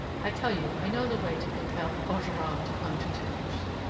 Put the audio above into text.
i tell you i know the way to compel ogeron to come to terms.